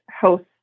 host